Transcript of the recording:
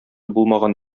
булмаган